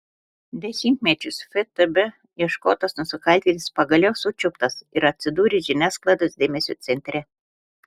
dešimtmečius ftb ieškotas nusikaltėlis pagaliau sučiuptas ir atsidūrė žiniasklaidos dėmesio centre